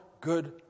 good